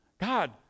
God